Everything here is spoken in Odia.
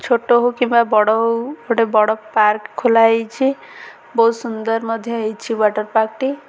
ଛୋଟ ହଉ କିମ୍ବା ବଡ଼ ହଉ ଗୋଟେ ବଡ଼ ପାର୍କ ଖୋଲା ହେଇଛି ବହୁତ ସୁନ୍ଦର ମଧ୍ୟ ହେଇଛି ୱାଟର ପାର୍କଟି